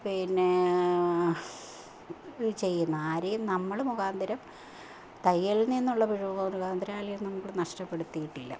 പിന്നേ ഇതു ചെയ്യുന്നത് ആരെയും നമ്മൾ മുഖാന്തരം തയ്യലില് നിന്നുള്ള പിഴവ് മുഖാന്തരം അല്ലെ നമ്മൾ നഷ്ടപ്പെടുത്തിയിട്ടില്ല